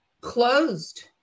closed